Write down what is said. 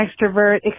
extrovert